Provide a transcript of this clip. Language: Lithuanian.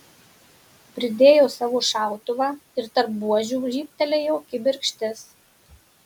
pridėjo savo šautuvą ir tarp buožių žybtelėjo kibirkštis